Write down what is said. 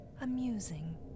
amusing